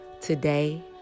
Today